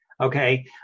okay